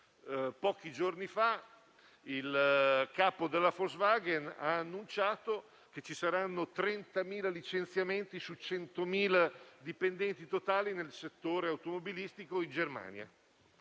pochi giorni fa il capo della Volkswagen ha annunciato che ci saranno 30000 licenziamenti su 100.000 dipendenti totali nel settore automobilistico in Germania.